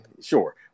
sure